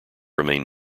remain